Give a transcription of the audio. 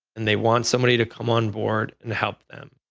and they want somebody to come on board and help them.